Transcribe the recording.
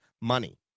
money